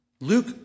Luke